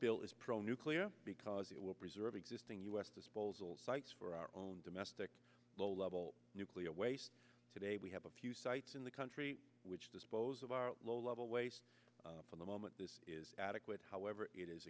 bill is pro nuclear because it will preserve existing u s disposal sites for our own domestic low level nuclear waste today we have a few sites in the country which dispose of our low level waste from the moment this is adequate however it is